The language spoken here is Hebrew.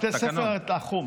לא, בספר החום.